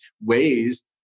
ways